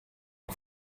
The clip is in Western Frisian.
oan